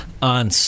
On